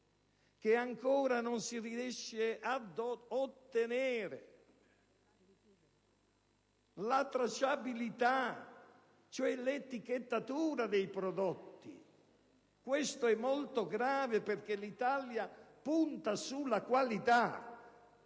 che ancora non si riesca ad ottenere la tracciabilità, cioè l'etichettatura dei prodotti. Questo è molto grave perché l'Italia punta sulla qualità